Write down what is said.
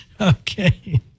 Okay